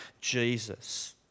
Jesus